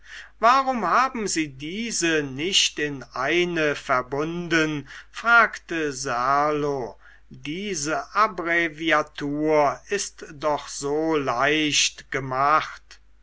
warum haben sie diese nicht in eine verbunden fragte serlo diese abbreviatur ist doch so leicht gemacht